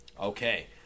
Okay